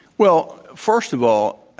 well, first of all,